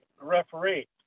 referee